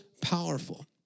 powerful